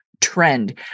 trend